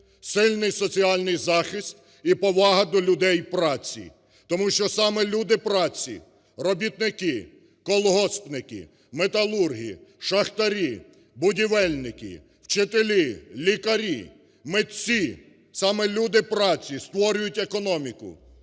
сильний соціальний захист і повага до людей праці. Тому що саме люди праці – робітники, колгоспники, металурги, шахтарі, будівельники, вчителі, лікарі, митці – саме люди праці створюють економіку,